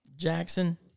Jackson